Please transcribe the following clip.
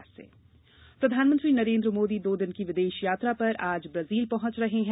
Modi Brazil प्रधानमंत्री नरेन्द्र मोदी दो दिन की विदेश यात्रा पर आज बाजील पहंच रहे हैं